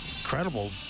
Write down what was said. incredible